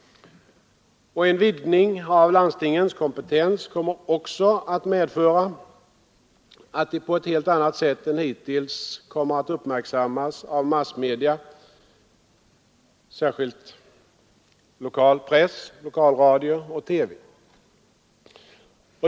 En vidgning av landstingens kompetens kommer också att medföra att de på ett helt annat sätt än hittills uppmärksammas av massmedia, särskilt lokal press, lokalradio och TV.